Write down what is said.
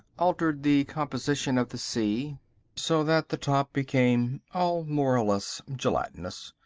altered the composition of the sea so that the top became all more or less gelatinous.